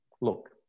Look